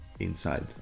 inside